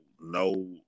no